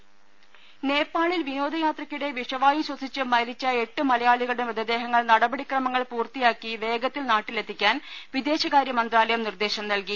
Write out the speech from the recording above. ദേദ നേപ്പാളിൽ വിനോദയാത്രക്കിടെ വിഷവായു ശ്വസിച്ച് മരിച്ച എട്ട് മലയാളികളുടെ മൃതദേഹങ്ങൾ നടപടിക്രമങ്ങൾ പൂർത്തിയാക്കി വേഗത്തിൽ നാട്ടിലെത്തിക്കാൻ വിദേശകാര്യ മന്ത്രാലയം നിർദ്ദേശം നൽകി